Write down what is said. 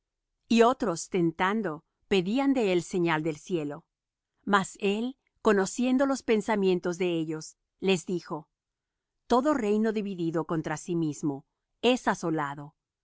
y otros tentando pedían de él señal del cielo mas él conociendo los pensamientos de ellos les dijo todo reino dividido contra sí mismo es asolado y